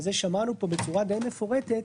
וזה שמענו פה בצורה די מפורטת,